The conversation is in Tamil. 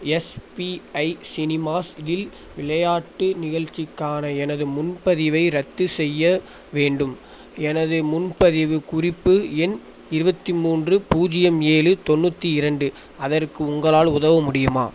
எஸ்பிஐ சினிமாஸ் இல் விளையாட்டு நிகழ்ச்சிக்கான எனது முன்பதிவை ரத்து செய்ய வேண்டும் எனது முன்பதிவுக் குறிப்பு எண் இருபத்தி மூன்று பூஜ்ஜியம் ஏழு தொண்ணூற்றி இரண்டு அதற்கு உங்களால் உதவ முடியுமா